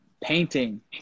painting